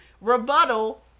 rebuttal